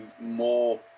more